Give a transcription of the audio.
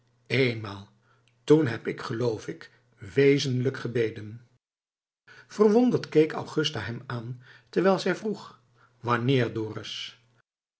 éénmaal toen heb ik geloof ik wezenlijk gebeden verwonderd keek augusta hem aan terwijl zij vroeg wanneer dorus